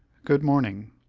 good morning,